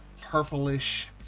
purplish